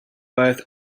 both